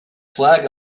flag